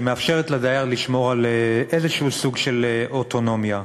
שמאפשרת לדייר לשמור על איזה סוג של אוטונומיה.